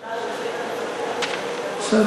יש החלטת ממשלה שהחליטה לפקח, בסדר.